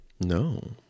No